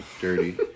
Dirty